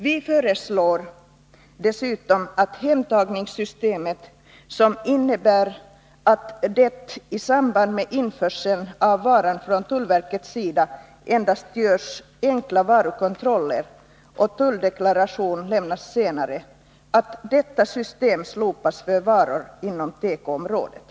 Vi föreslår dessutom att hemtagningssystemet — som innebär att det i samband med införsel av varan från tullverkets sida endast görs enkla varukontroller och att tulldeklaration lämnas senare — skall slopas för varor inom tekoområdet.